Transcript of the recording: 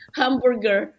hamburger